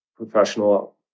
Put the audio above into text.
professional